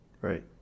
Right